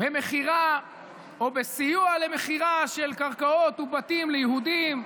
במכירה או בסיוע למכירה של קרקעות ובתים ליהודים,